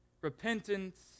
repentance